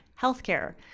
healthcare